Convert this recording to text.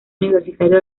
universitario